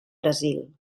brasil